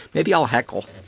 maybe i'll heckle.